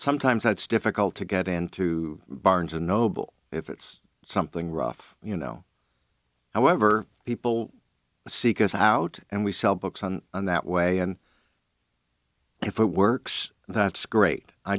sometimes that's difficult to get into barnes and noble if it's something rough you know however people seek us out and we sell books on in that way and if it works that's great i